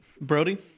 Brody